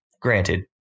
granted